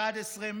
11,